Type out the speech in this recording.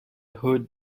hood